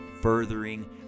furthering